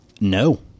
no